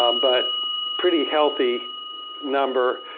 um but pretty healthy number.